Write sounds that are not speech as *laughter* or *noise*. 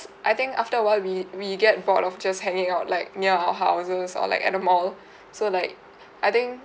I think after a while we we get bored of just hanging out like near our houses or like at a mall *breath* so like *breath* I think